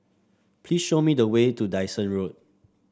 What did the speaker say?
please show me the way to Dyson Road